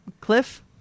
Cliff